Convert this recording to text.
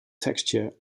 texture